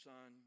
Son